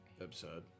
absurd